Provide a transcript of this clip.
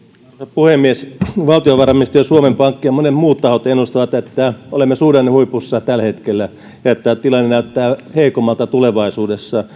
puhemies valtiovarainministeriö suomen pankki ja monet muut tahot ennustavat että olemme suhdannehuipussa tällä hetkellä ja että tilanne näyttää heikommalta tulevaisuudessa